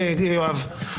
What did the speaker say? יואב.